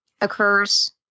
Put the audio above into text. occurs